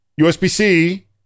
USB-C